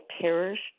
perished